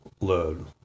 load